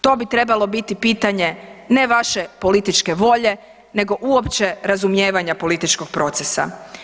To bi trebalo biti pitanje ne vaše političke volje nego uopće razumijevanja političkog procesa.